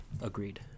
Agreed